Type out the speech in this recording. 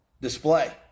display